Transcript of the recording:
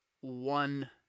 one